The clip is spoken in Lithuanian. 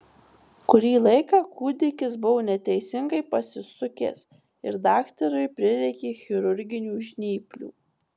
kurį laiką kūdikis buvo neteisingai pasisukęs ir daktarui prireikė chirurginių žnyplių